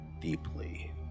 deeply